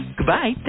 Goodbye